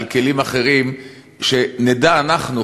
שנדע אנחנו,